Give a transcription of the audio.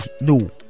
no